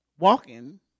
Walking